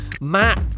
matt